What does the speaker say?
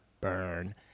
Burn